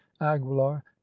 aguilar